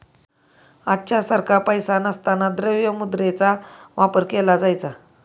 आजच्या सारखा पैसा नसताना द्रव्य मुद्रेचा वापर केला जायचा